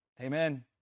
Amen